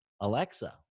Alexa